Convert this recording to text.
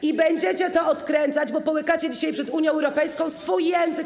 I będziecie to odkręcać, bo połykacie dzisiaj przed Unią Europejską swój język.